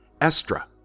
Estra